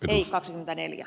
herra puhemies